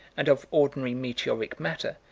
and of ordinary meteoric matter,